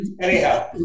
Anyhow